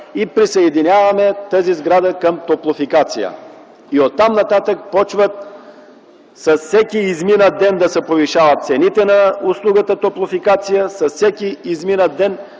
Те присъединяват сградата към „Топлофикация”. Оттам нататък с всеки изминат ден се повишават цените на услугата топлофикация, с всеки изминат ден